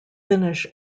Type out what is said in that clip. finnish